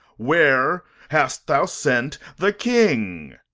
where hast thou sent the king?